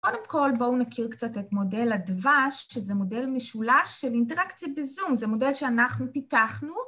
קודם כל בואו נכיר קצת את מודל הדבש, שזה מודל משולש של אינטראקציה בזום, זה מודל שאנחנו פיתחנו.